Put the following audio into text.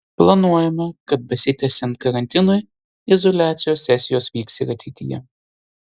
planuojama kad besitęsiant karantinui izoliacijos sesijos vyks ir ateityje